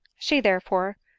she, therefore,